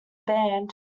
band